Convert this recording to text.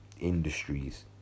Industries